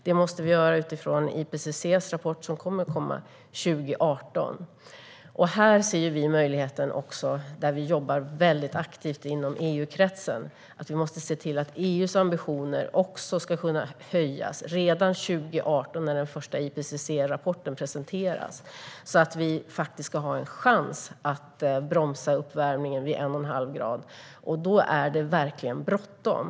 Det måste vi göra utifrån IPCC:s rapport, som kommer 2018. Här ser vi möjligheter när vi jobbar aktivt inom EU-kretsen. Vi måste se till att också EU:s ambitioner kan höjas redan 2018 när den första IPCC-rapporten presenteras så att vi har en chans att bromsa uppvärmningen vid 1,5 grader. Då är det verkligen bråttom.